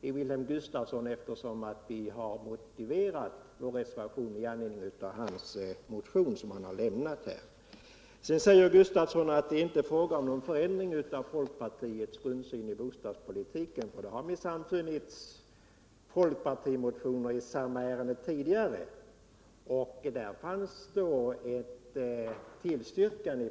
i Wilhelm Gustafsson, eftersom vi har baserat vår reservation på den motion han har avgivit. Wilhelm Gustafsson sade vidare att hans motion inte innebär att det är fråga om någon förändring av folkpartiets grundsyn när det gäller bostadspolitiken. Han sade att det minsann har funnits folkpartimotioner i samma ärende tidigare, och då hade civilutskottet tillstyrkt.